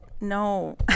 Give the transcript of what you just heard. no